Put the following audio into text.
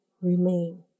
remain